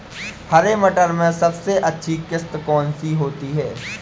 हरे मटर में सबसे अच्छी किश्त कौन सी होती है?